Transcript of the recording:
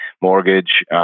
Mortgage